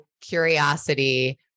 curiosity